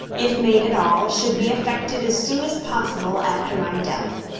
if made at all, should be effected as soon as possible after my death.